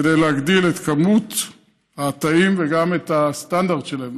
כדי להגדיל את מספר התאים וגם להעלות את הסטנדרט שלהם,